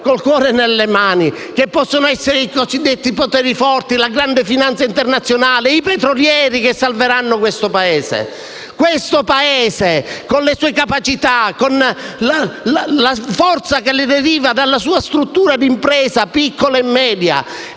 il cuore in mano - che possano essere i cosiddetti poteri forti, la grande finanza internazionale a salvare questo Paese. Il nostro Paese, con le sue capacità, con la forza che deriva dalla sua struttura di impresa, piccola e media,